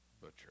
Butcher